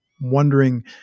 wondering